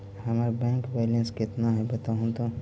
हमर bank balance केतना है बताहु तो?